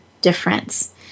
difference